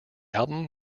album